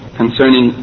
concerning